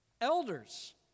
elders